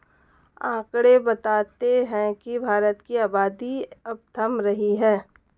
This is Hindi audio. आकंड़े बताते हैं की भारत की आबादी अब थम रही है